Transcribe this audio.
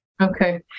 Okay